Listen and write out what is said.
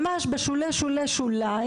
ממש בשולי השוליים,